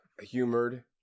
humored